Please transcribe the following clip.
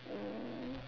mm